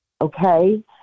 okay